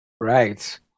Right